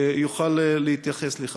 יוכל להתייחס לכך.